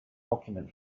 document